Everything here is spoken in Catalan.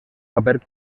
paper